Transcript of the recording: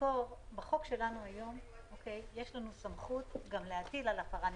בחוק שלנו היום יש לנו סמכות גם להטיל על הפרה נמשכת.